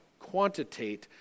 quantitate